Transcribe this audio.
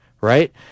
Right